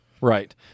Right